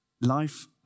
life